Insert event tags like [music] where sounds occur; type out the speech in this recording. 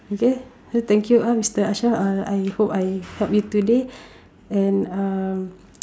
okay so thank you ah mister Ashraf uh I hope I help you today and um [noise]